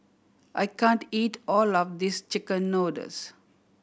I can't eat all of this chicken noodles